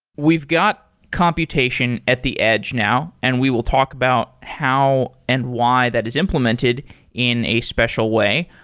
we've got computation at the edge now, and we will talk about how and why that is implemented in a special way.